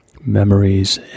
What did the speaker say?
memories